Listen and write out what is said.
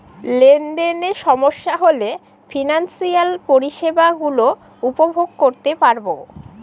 লেনদেনে সমস্যা হলে ফিনান্সিয়াল পরিষেবা গুলো উপভোগ করতে পারবো